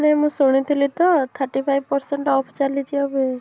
ନାଇ ମୁଁ ଶୁଣିଥିଲି ଯେ ଥାର୍ଟି ଫାଇଭ୍ ପରସେଣ୍ଟ୍ ଅଫ୍ ଚାଲିଛି ଏବେ